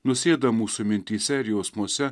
nusėda mūsų mintyse ir jausmuose